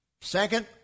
Second